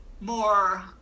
more